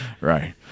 right